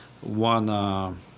one